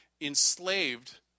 enslaved